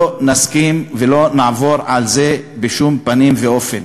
לא נסכים ולא נעבור על זה בשום פנים ואופן.